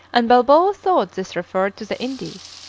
and balboa thought this referred to the indies,